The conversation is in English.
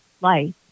life